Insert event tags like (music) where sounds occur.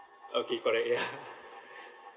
okay correct ya (laughs)